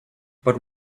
but